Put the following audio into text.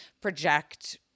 project